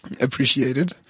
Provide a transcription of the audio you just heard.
Appreciated